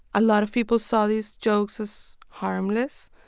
a lot of people saw these jokes as harmless.